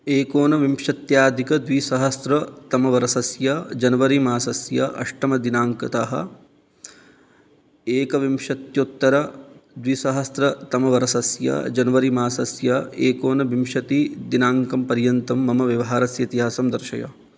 एकोनविंशत्यधिकद्विसहस्रतमवर्षस्य जनवरि मासस्य अष्टमदिनाङ्कतः एकविंशत्युत्तरद्विसहस्रतमवर्षस्य जनवरि मासस्य एकोनविंशतिदिनाङ्कपर्यन्तं मम व्यवहारस्य इतिहासं दर्शय